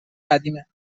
قدیمه